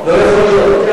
לא יכול להיות.